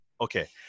Okay